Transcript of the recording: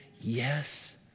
yes